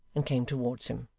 and came towards him.